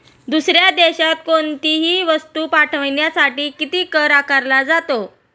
दुसऱ्या देशात कोणीतही वस्तू पाठविण्यासाठी किती कर आकारला जातो?